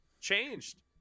changed